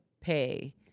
pay